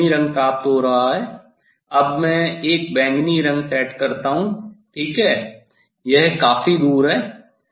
मुझे बैंगनी रंग प्राप्त हो रहा है अब मैं एक बैंगनी रंग सेट करता हूं ठीक है यह काफी दूर है